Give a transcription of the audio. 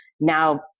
now